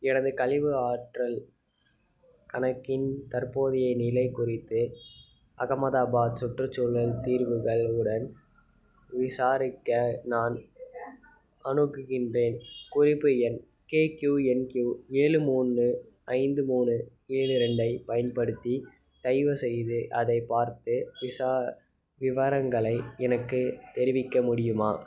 எனது கழிவு அகற்றல் கணக்கின் தற்போதைய நிலை குறித்து அகமதாபாத் சுற்றுச்சூழல் தீர்வுகள் உடன் விசாரிக்க நான் அணுகுகின்றேன் குறிப்பு எண் கேக்யூஎன்க்யூ ஏழு மூணு ஐந்து மூணு ஏழு ரெண்டை பயன்படுத்தி தயவுசெய்து அதை பார்த்து விசா விவரங்களை எனக்கு தெரிவிக்க முடியுமா